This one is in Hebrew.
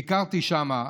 ביקרתי שם.